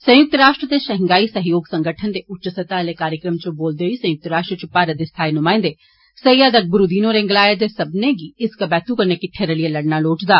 संयुक्त राष्ट्र ते शहगांइ सहयोग संगठन ने उच्च स्तह आले कार्यक्रम च बोलदे होई संयुक्त राष्ट्र च भारत दे स्थाई नुमाइन्दे सईद अकबरुद्दीन होरें गलाया जे सब्बनें गी इस कबेतू कन्नै किट्टे रलियै लड़ना लोड़चदा